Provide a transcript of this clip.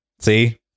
see